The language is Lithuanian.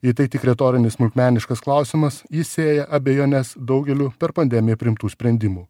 jei tai tik retorinis smulkmeniškas klausimas jis sėja abejones daugeliui per pandemiją priimtų sprendimų